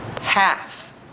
Half